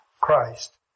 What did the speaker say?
Christ